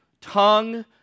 tongue